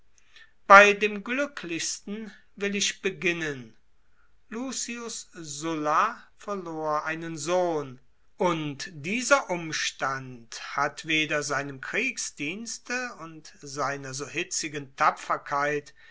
bei dem glücklichsten will ich beginnen lucius sulla verlor einen sohn und dieser umstand hat weder seinem kriegsdienste und seiner so hitzigen tapferkeit